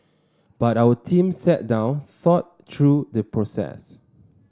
but our team sat down thought through the process